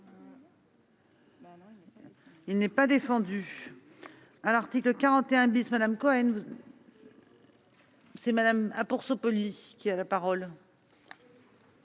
n'est pas défendu.